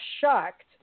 shocked